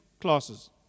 classes